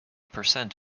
percent